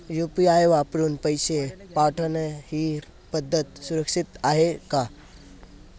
UPI वापरून पैसे पाठवणे ही पद्धत सुरक्षित आहे का?